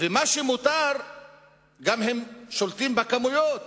והם שולטים בכמויות